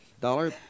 Dollar